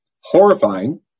horrifying